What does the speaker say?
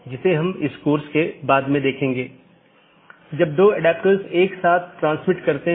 तो यह एक सीधे जुड़े हुए नेटवर्क का परिदृश्य हैं